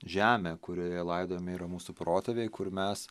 žemė kurioje laidojami yra mūsų protėviai kur mes